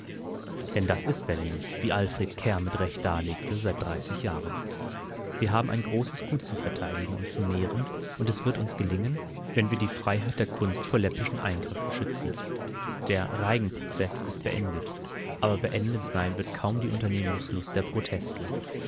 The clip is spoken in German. denn das ist berlin wie alfred kerr mit recht darlegte seit dreißig jahren wir haben ein großes gut zu verteidigen und zu mehren und es wird uns gelingen wenn wir die freiheit der kunst vor läppischen eingriffen schützen der reigen prozeß ist beendet aber beendet sein wird kaum die unternehmungslust der